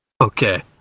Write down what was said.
Okay